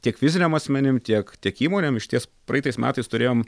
tiek fiziniam asmenim tiek tiek įmonėm išties praeitais metais turėjom